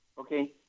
Okay